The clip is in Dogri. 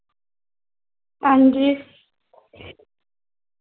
हांजी